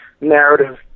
narrative